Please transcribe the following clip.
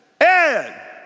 Ed